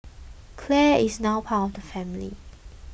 Clare is now part of family